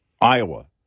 Iowa